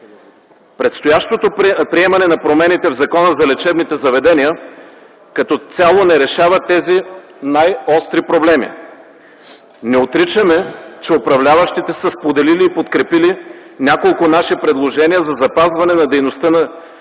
Предстоящото приемане на промените в Закона за лечебните заведения като цяло не решава тези най-остри проблеми. Не отричаме, че управляващите са споделили и подкрепили няколко наши предложения за запазване на дейността на